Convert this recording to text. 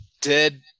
dead